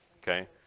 Okay